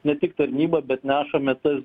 ne tik tarnyba bet nešame ta